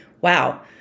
Wow